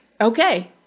okay